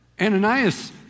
Ananias